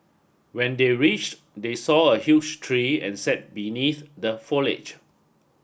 when they reached they saw a huge tree and sat beneath the foliage